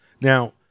now